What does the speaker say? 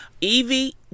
Evie